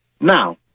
Now